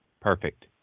Perfect